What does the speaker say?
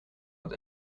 het